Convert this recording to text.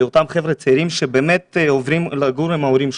לאותם חבר'ה צעירים שעוברים לגור עם ההורים שלהם.